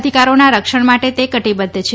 અધિકારોના રક્ષણ માટે તે કટીબદ્ધ છે